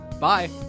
bye